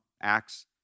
Acts